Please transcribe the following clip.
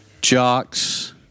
jocks